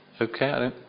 Okay